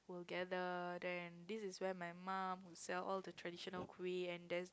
this is where my mom who sell all the traditional kueh and just gather there